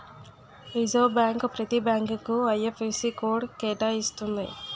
reserve bank ప్రతి బ్యాంకుకు IFSC code కేటాయిస్తుంది